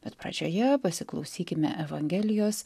bet pradžioje pasiklausykime evangelijos